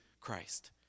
Christ